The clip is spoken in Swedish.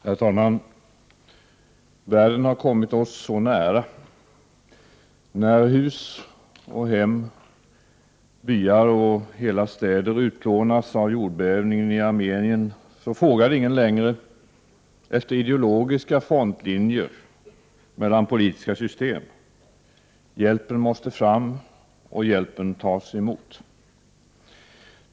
Herr talman! Världen har kommit oss så nära. När hem och hus, byar och hela städer utplånades av jordbävningen i Armenien frågade ingen längre efter ideologiska frontlinjer mellan politiska system. Hjälpen måste fram, och hjälpen tas emot.